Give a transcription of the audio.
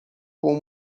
com